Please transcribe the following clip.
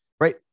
right